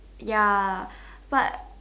ya but